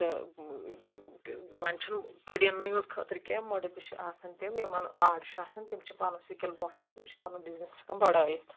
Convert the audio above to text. تہٕ وۄنۍ چھُنہٕ پٔڑیِنُے یوت خٲطرٕ کیٚنٛہہ مٕڑٕ تہِ چھِ آسان تِم یِمَن آٹ چھُ آسان تِم چھِ پَنُن سِکِل برٛونٛٹھ تِم چھِ پَنُن بِزنِس ہٮ۪کان بَڑٲیِتھ